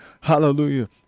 Hallelujah